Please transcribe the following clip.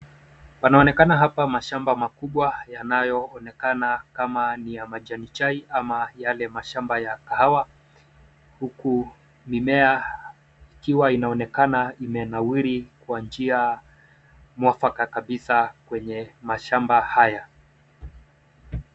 Panaonekana hapa mashamba makubwa yanayoonekana kama ni ya majani chai ama yale mashamba ya kahawa huku mimea ikiwa inaonekana imenawiri kwa njia mwafaka kabisa kwenye mashamba haya.